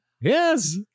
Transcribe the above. Yes